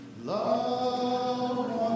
love